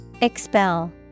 Expel